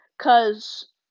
Cause